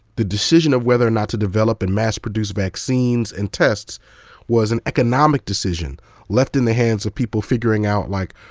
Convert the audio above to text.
the decision of whether or not to develop and mass-produce vaccines and tests was an economic decision left in the hands of people figuring out, like,